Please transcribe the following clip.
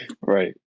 Right